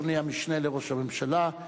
אדוני המשנה לראש הממשלה,